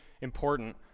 important